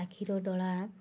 ଆଖିର ଡୋଳା